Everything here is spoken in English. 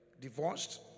divorced